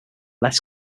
less